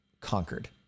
conquered